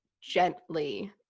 gently